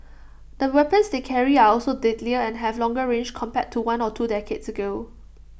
the weapons they carry are also deadlier and have longer range compared to one or two decades ago